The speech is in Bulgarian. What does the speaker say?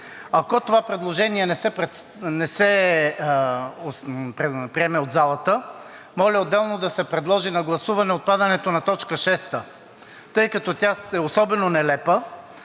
Ако това предложение не се приеме от залата, моля отделно да се подложи на гласуване отпадането на т. 6, тъй като тя е особено нелепа.